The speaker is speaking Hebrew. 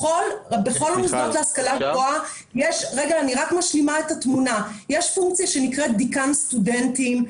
בכל המוסדות להשכלה גבוהה יש פונקציה שנקראת דיקן סטודנטים,